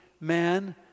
man